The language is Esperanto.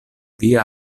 via